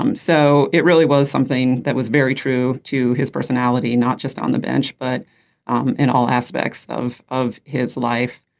um so it really was something that was very true to his personality not just on the bench but um in all aspects of of his life.